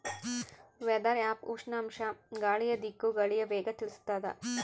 weather app ಉಷ್ಣಾಂಶ ಗಾಳಿಯ ದಿಕ್ಕು ಗಾಳಿಯ ವೇಗ ತಿಳಿಸುತಾದ